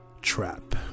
trap